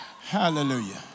hallelujah